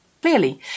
clearly